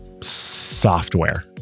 software